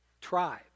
tribe